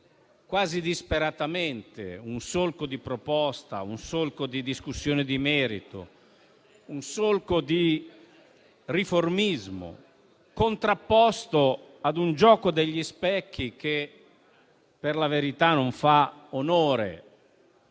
quasi disperatamente un solco di proposta, di discussione di merito e di riformismo, contrapposto a un gioco degli specchi che per la verità non fa onore